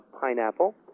pineapple